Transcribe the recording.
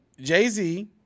Jay-Z